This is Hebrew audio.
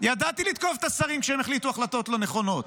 ידעתי לתקוף את השרים כשהם החליטו החלטות לא נכונות.